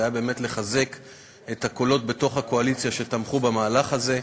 זה היה באמת כדי לחזק את הקולות בתוך הקואליציה שתמכו במהלך הזה.